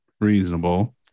reasonable